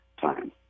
time